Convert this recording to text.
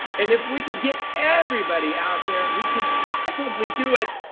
and if we can get everybody out there who can possibly do it,